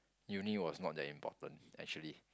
uni was not that important actually